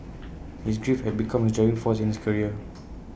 his grief had become his driving force in his career